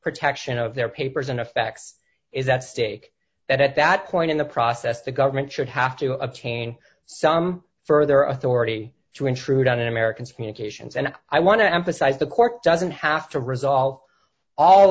protection of their papers and effects is at stake and at that point in the process the government should have to obtain some further authority to intrude on americans communications and i want to emphasize the court doesn't have to resolve all